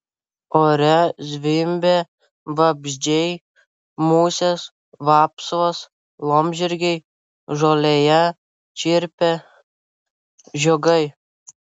ore zvimbė vabzdžiai musės vapsvos laumžirgiai žolėje čirpė žiogai